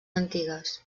antigues